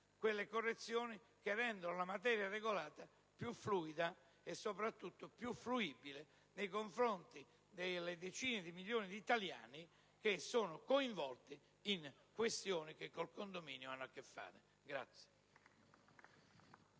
quelle correzioni che rendano la materia regolata più fluida e soprattutto più fruibile nei confronti delle decine di milioni di italiani coinvolti in questioni che col condominio hanno a che fare.